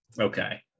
okay